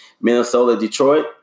Minnesota-Detroit